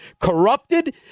Corrupted